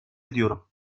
ediyorum